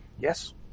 Yes